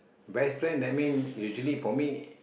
best friend that mean usually for me